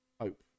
hope